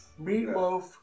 Meatloaf